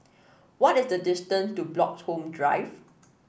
what is the distance to Bloxhome Drive